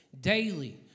daily